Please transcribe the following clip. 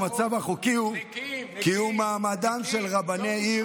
כיום המצב החוקי הוא שמעמדם של רבני עיר